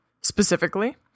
specifically